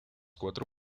cuatro